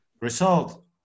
result